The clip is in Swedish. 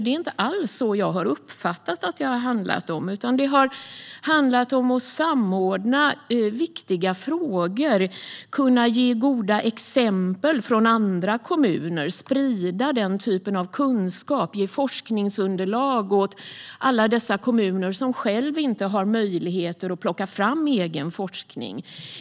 Det är inte alls så jag har uppfattat det, utan det har handlat om att samordna viktiga frågor, att kunna ge goda exempel från andra kommuner, att sprida en typ av kunskap och att ge forskningsunderlag åt alla dessa kommuner som inte har möjligheter att plocka fram egen forskning.